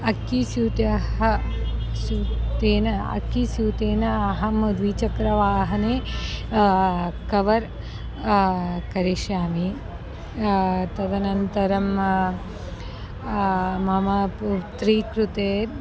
अक्कि स्यूताः स्यूतेन अक्किस्यूतेन अहं द्विचक्रवाहने कवर् करिष्यामि तदनन्तरं मम पुत्र्याः कृते